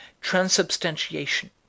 Transubstantiation